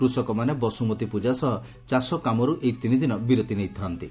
କୃଷକମାନେ ବସ୍ୱମତୀ ପ୍ ଜା ସହ ଚାଷକାମର୍ ଏହି ତିନିଦିନ ବିରତି ନେଇଥାନ୍ତି